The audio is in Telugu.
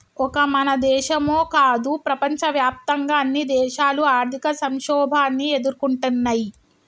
ఒక మన దేశమో కాదు ప్రపంచవ్యాప్తంగా అన్ని దేశాలు ఆర్థిక సంక్షోభాన్ని ఎదుర్కొంటున్నయ్యి